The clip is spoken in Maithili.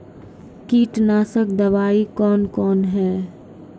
कीटनासक दवाई कौन कौन हैं?